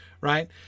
right